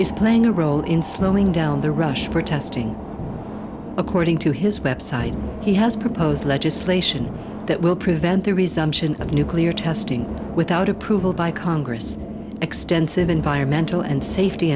is playing a role in slowing down the rush for testing according to his website he has proposed legislation that will prevent the resumption of nuclear testing without approval by congress extensive environmental and safety